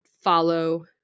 follow